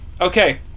Okay